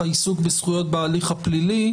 העיסוק בזכויות בהליך הפלילי,